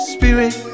Spirit